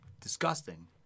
Disgusting